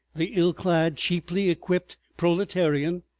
the ill-clad, cheaply equipped proletarian,